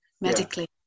medically